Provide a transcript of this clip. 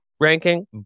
ranking